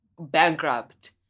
bankrupt